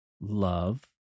love